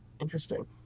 Interesting